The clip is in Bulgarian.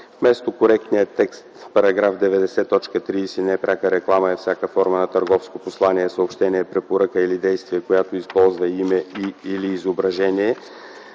Вместо коректния текст на § 90, т. 30 „непряка реклама е всяка форма на търговско послание, съобщение, препоръка или действие, която използва име и/или изображение,